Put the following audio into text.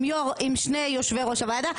עם שני יושבי ראש הוועדה.